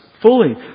fully